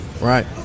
right